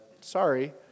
sorry